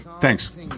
Thanks